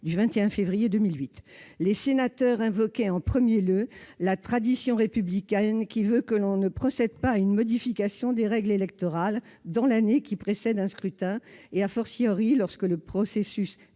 par ses :« Les sénateurs invoquaient, en premier lieu, la tradition républicaine qui veut qu'on ne procède pas à une modification des règles électorales dans l'année qui précède un scrutin et,, lorsque le processus